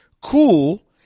cool